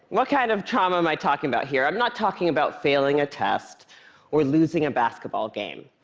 what kind of trauma am i talking about here? i'm not talking about failing a test or losing a basketball game.